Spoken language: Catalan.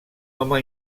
home